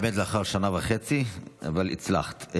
באמת לאחר שנה וחצי, אבל הצלחת.